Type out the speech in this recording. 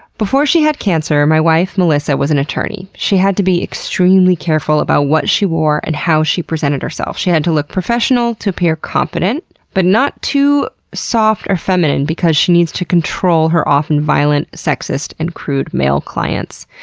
before she had cancer, my wife, melissa, was an attorney. she had to be extremely careful about what she wore and how she presented herself. she had to look professional, to appear confident but not too soft or feminine because she needs to control her often violent, sexist, and crude male clients.